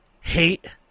hate